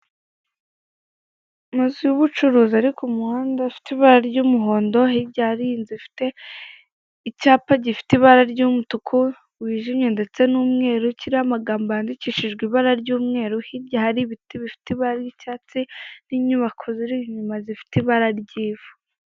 Amazu y'ubucuruzi ari ku muhanda afite ibara ry'umuhondo, hirya hari inzu ifite icyapa gifite ibara ry'umutuku wijimye ndetse n'umweru, kiriho amagambo yandikishijwe ibara ry'umweru, hirya hari ibiti bifite ibara ry'icyatsi n'inyubako ziri inyuma zifite ibara ry'ivu.